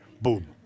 Boom